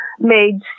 made